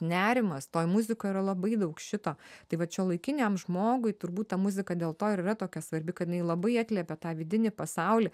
nerimas toj muzikoj yra labai daug šito tai vat šiuolaikiniam žmogui turbūt ta muzika dėl to ir yra tokia svarbi kad jinai labai atliepia tą vidinį pasaulį